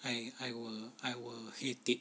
I I I will I will hate it